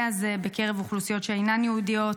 הזה בקרב אוכלוסיות שאינן יהודיות,